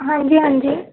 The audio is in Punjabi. ਹਾਂਜੀ ਹਾਂਜੀ